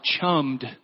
chummed